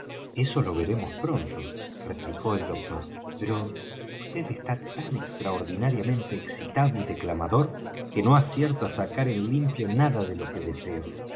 eso lo veremos pronto replicó el doctor pero vd está tan extraordinariamente excitado y declamador que no acierto á sacar en limpio nada de lo que deseo